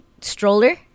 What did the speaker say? stroller